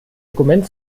dokument